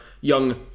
young